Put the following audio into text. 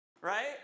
right